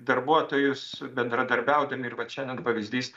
darbuotojus bendradarbiaudami ir vat šiandien pavyzdys